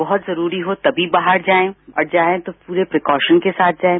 बहुत जरूरी हो तभी बाहर जाएं और जाएं तो पूरे प्रिकॉशन के साथ जाएं